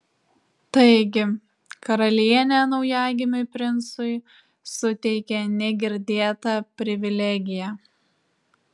taigi karalienė naujagimiui princui suteikė negirdėtą privilegiją